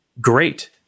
great